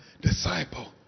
disciple